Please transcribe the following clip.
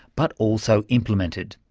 but also implemented.